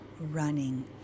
running